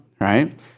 right